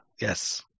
Yes